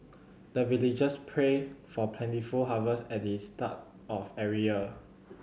the villagers pray for plentiful harvest at the start of every year